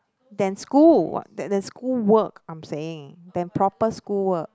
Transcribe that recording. than school what than than school work I'm saying than proper school work